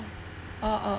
oh oh